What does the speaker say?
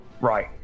Right